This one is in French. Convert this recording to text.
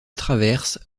traverse